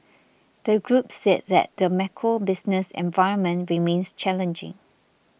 the group said that the macro business environment remains challenging